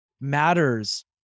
matters